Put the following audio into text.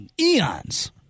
eons